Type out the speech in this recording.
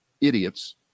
idiots